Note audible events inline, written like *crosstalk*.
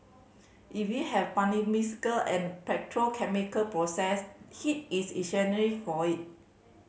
if you have *unintelligible* and petrochemical process heat is *unintelligible* for it